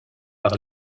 par